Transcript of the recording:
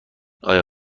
آیا